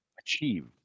achieve